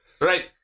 right